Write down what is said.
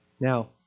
Now